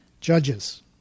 judges